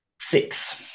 Six